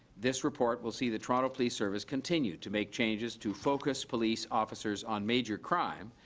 this report will see the toronto police service continue to make changes to focus police officers on major crime,